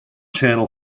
channel